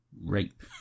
rape